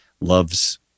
loves